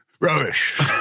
rubbish